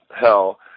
hell